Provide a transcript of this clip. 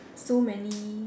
so many